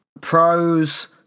pros